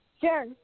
sure